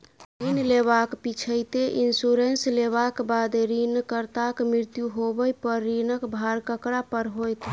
ऋण लेबाक पिछैती इन्सुरेंस लेबाक बाद ऋणकर्ताक मृत्यु होबय पर ऋणक भार ककरा पर होइत?